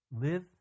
live